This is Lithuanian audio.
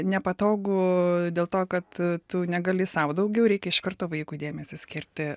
nepatogu dėl to kad tu negali sau daugiau reikia iš karto vaikui dėmesį skirti